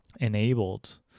enabled